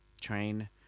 train